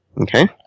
Okay